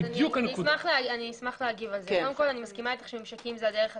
אני מסכימה אתך שממשקים זה הדרך הטובה.